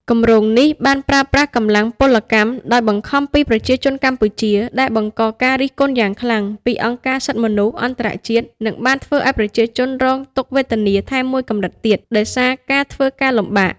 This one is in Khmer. គម្រោងនេះបានប្រើប្រាស់កម្លាំងពលកម្មដោយបង្ខំពីប្រជាជនកម្ពុជា ដែលបង្កការរិះគន់យ៉ាងខ្លាំងពីអង្គការសិទ្ធិមនុស្សអន្តរជាតិ និងបានធ្វើឱ្យប្រជាជនរងទុក្ខវេទនាថែមមួយកម្រិតទៀតដោយសារការធ្វើការលំបាក។